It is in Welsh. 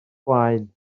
blaen